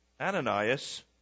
Ananias